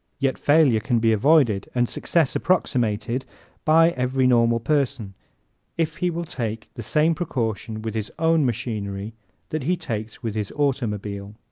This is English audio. yet failure can be avoided and success approximated by every normal person if he will take the same precaution with his own machinery that he takes with his automobile.